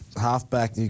halfback